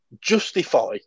Justify